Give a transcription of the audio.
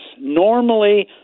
Normally